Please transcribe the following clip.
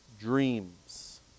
dreams